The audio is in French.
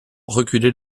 reculer